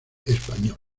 español